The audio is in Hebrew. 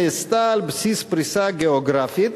נעשתה על בסיס פריסה גיאוגרפית